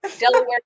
Delaware